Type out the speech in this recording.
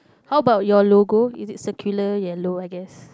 how about your logo circular yellow I guess